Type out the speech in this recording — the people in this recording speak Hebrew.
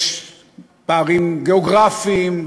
יש פערים גיאוגרפיים,